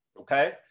okay